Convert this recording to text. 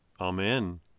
Amen